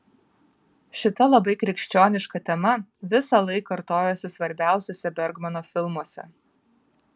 šita labai krikščioniška tema visąlaik kartojasi svarbiausiuose bergmano filmuose